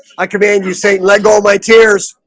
i command you satan let go of my tears.